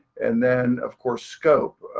and then, of course, scope,